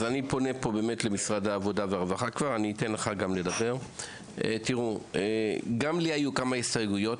אני פונה למשרד העבודה והרווחה גם לי היו כמה הסתייגויות,